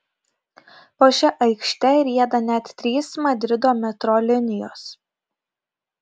po šia aikšte rieda net trys madrido metro linijos